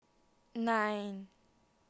nine